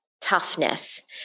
toughness